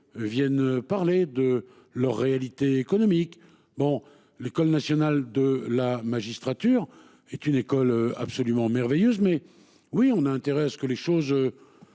Viennent parler de leur réalité économique. Bon l'École nationale de la magistrature est une école absolument merveilleuses, mais oui on a intérêt à ce que les choses.